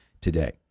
today